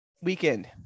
weekend